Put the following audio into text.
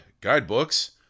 Guidebooks